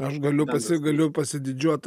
aš galiu pasi galiu pasididžiuot